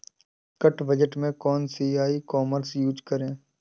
कम budget में कौन सी ई कॉमर्स यूज़ करें?